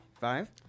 Five